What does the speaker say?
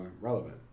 relevant